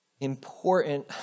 important